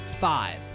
five